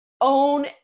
own